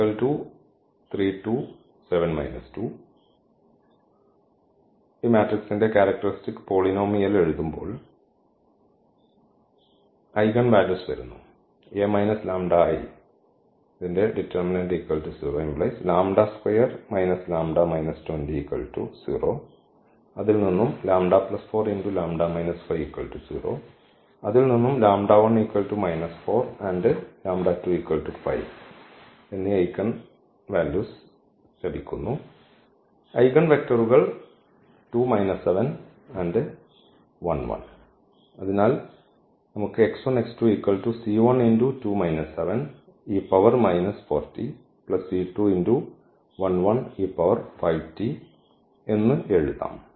ഈ മാട്രിക്സിന്റെ characteristic polynomial എഴുതുമ്പോൾ ഐഗൻവാല്യൂസ് വരുന്നു ഐഗൻവെക്ടറുകൾ അതിനാൽ എന്ന് എഴുതാം